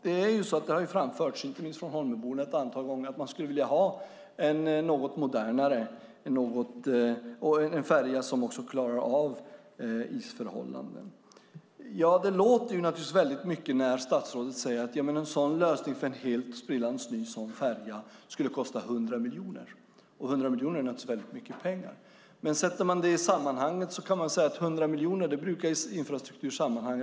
Det har framförts inte minst från Holmöborna ett antal gånger att man skulle vilja ha en något modernare färja och som också klarar av isförhållanden. Det låter naturligtvis mycket när statsrådet säger att en sådan lösning med en sprillans ny färja skulle kosta 100 miljoner. 100 miljoner är naturligtvis mycket pengar. Men man kan titta på vad 100 miljoner brukar räcka till i infrastruktursammanhang.